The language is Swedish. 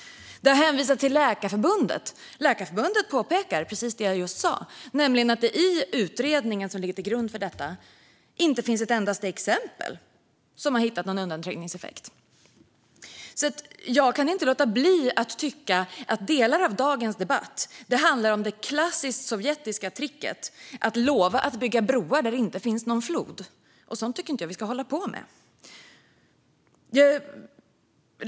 Det har hänvisats till Läkarförbundet. Läkarförbundet påpekar precis det jag just sa, nämligen att det i utredningen som ligger till grund för detta inte finns ett enda exempel på att man hittat någon undanträngningseffekt. Jag kan alltså inte låta bli att tycka att delar av dagens debatt handlar om det klassiska sovjetiska tricket att lova att bygga broar där det inte finns någon flod. Och sådant tycker jag inte att vi ska hålla på med.